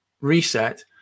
reset